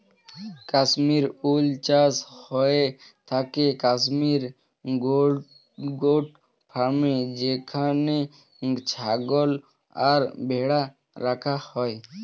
Kashmir wool চাষ হয়ে থাকে কাশ্মীর গোট ফার্মে যেখানে ছাগল আর ভেড়া রাখা হয়